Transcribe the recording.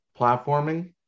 platforming